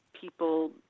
people